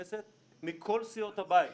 מכל סיעות הבית,